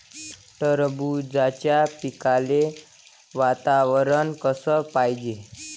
टरबूजाच्या पिकाले वातावरन कस पायजे?